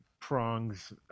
prongs